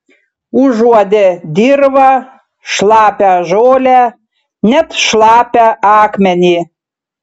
užuodė dirvą šlapią žolę net šlapią akmenį